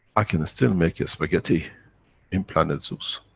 i can still make a spaghetti in planet zeus